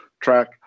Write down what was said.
Track